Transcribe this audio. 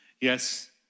Yes